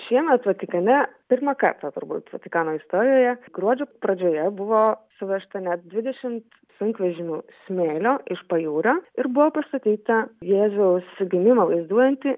šiemet vatikane pirmą kartą turbūt vatikano istorijoje gruodžio pradžioje buvo suvežta net dvidešimt sunkvežimių smėlio iš pajūrio ir buvo pastatyta jėzaus gimimą vaizduojanti